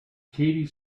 katie